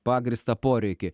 pagrįstą poreikį